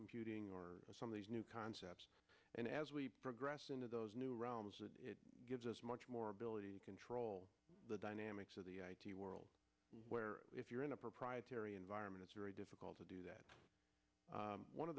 computing or some of these new concepts and as we progress into those new realms it gives us much more ability to control the dynamics of the world where if you're in a proprietary environment it's very difficult to do that one of